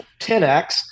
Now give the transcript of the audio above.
10x